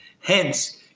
Hence